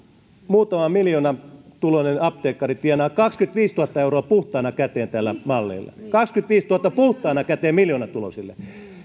muutaman miljoonan tuloinen apteekkari tienaa kaksikymmentäviisituhatta euroa puhtaana käteen tällä mallilla kahtenakymmenenäviitenätuhantena puhtaana käteen miljoonatuloisille